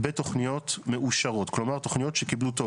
בתוכניות מאושרות, כלומר תוכניות שקיבלו תוקף.